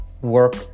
work